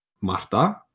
Marta